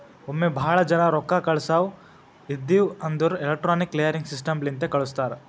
ಒಮ್ಮೆ ಭಾಳ ಜನಾ ರೊಕ್ಕಾ ಕಳ್ಸವ್ ಇದ್ಧಿವ್ ಅಂದುರ್ ಎಲೆಕ್ಟ್ರಾನಿಕ್ ಕ್ಲಿಯರಿಂಗ್ ಸಿಸ್ಟಮ್ ಲಿಂತೆ ಕಳುಸ್ತಾರ್